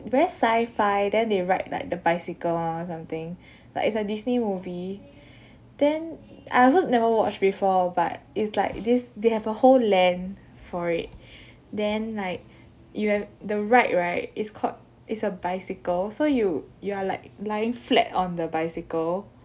very sci-fi then they ride like the bicycle mah or something like it's a disney movie then I also never watch before but it's like this they have a whole land for it then like you have the ride right it's called is a bicycle so you you are like lying flat on the bicycle